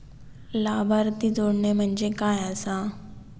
लाभार्थी जोडणे म्हणजे काय आसा?